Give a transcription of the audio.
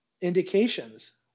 indications